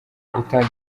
utanga